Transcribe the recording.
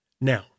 Now